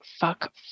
fuck